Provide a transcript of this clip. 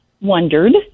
wondered